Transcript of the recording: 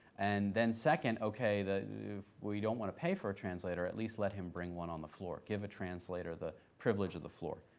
and then second, okay, we don't want to pay for a translator, at least let him bring one on the floor. give a translator the privilege of the floor.